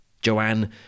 Joanne